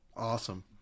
Awesome